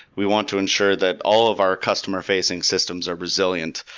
we want to ensure that all of our customer phasing systems are resilient,